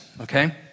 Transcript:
okay